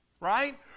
Right